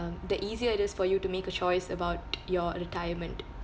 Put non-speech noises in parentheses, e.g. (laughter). the easier it is for you to make a choice about (noise) your retirement